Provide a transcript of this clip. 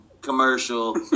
commercial